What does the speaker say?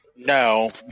No